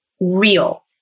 real